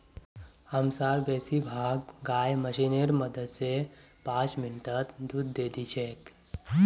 हमसार बेसी भाग गाय मशीनेर मदद स पांच मिनटत दूध दे दी छेक